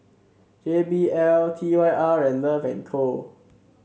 J B L T Y R and Love and Co